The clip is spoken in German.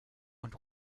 und